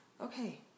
okay